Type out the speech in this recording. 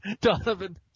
Donovan